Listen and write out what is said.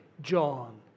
John